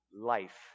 life